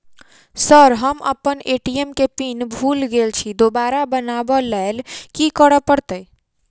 Sir हम अप्पन ATM केँ पिन भूल गेल छी दोबारा बनाब लैल की करऽ परतै?